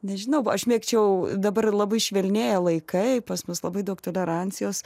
nežinau aš mėgčiau dabar labai švelnėja laikai pas mus labai daug tolerancijos